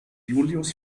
julius